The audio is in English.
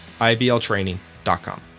ibltraining.com